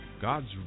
God's